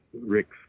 Rick's